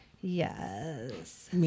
Yes